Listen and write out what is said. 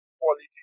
quality